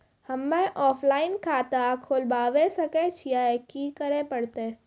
हम्मे ऑफलाइन खाता खोलबावे सकय छियै, की करे परतै?